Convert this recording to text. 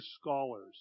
scholars